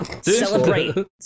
Celebrate